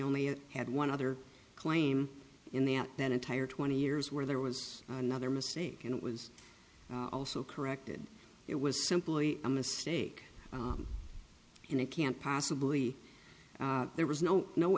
only had one other claim in that that entire twenty years where there was another mistake and it was also corrected it was simply a mistake and it can't possibly there was no no